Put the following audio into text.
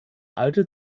alte